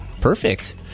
Perfect